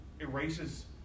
erases